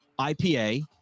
IPA